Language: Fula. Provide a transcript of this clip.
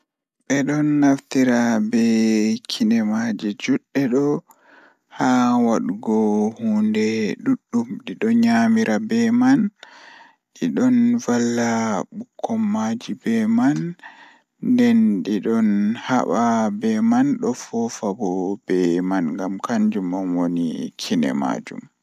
Ndikka kondei alaata wolwoo gonga Ko ɓuri waɗde neɗɗo ndi luɓiɗo ngam ndi waɗi njiɗgol e haɗinɗo. Luɓiɗo ngal waɗi waɗde no anndina faabaare e ɓuriɗo hol no ɗuum waɗata. Ɓe faala neɗɗo luɓiɗo waɗi waɗde feertondirde mo e ɓuri ngurndan. Mbele pessimist ɗum waɗata, ɗum maa waɗa ɗum ngal wondi miijo mo ina tiiɗii, kono waawaa waɗata yamirde e waɗiindi.